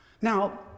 Now